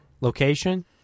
Location